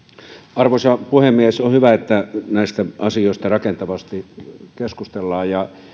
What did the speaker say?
arvoisa puhemies on hyvä että näistä asioista rakentavasti keskustellaan